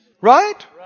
Right